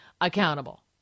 accountable